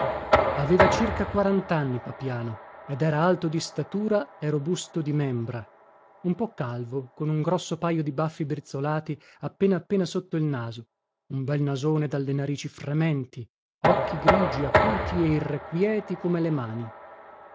aveva circa quarantanni papiano ed era alto di statura e robusto di membra un po calvo con un grosso pajo di baffi brizzolati appena appena sotto il naso un bel nasone dalle narici frementi occhi grigi acuti e irrequieti come le mani